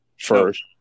First